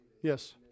Yes